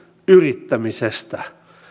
yrittämisestä